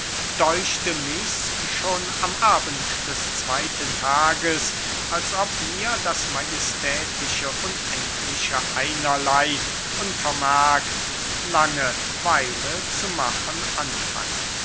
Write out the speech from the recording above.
däuchte michs schon am abend des zweyten tages als ob mir das majestätische unendliche einerley unvermerkt lange weile zu machen anfange